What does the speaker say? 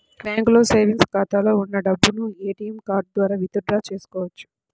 బ్యాంకులో సేవెంగ్స్ ఖాతాలో ఉన్న డబ్బును ఏటీఎం కార్డు ద్వారా విత్ డ్రా చేసుకోవచ్చు